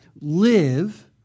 live